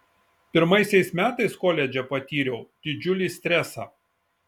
pirmaisiais metais koledže patyriau didžiulį stresą